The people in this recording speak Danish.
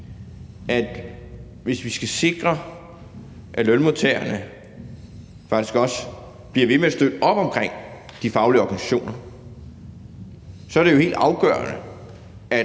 at hvis vi skal sikre, at lønmodtagerne faktisk også bliver ved med at støtte op omkring de faglige organisationer, så er det helt afgørende,